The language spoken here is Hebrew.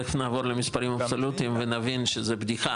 תיכף נעבור למספרים אבסולוטיים ונבין שזה בדיחה,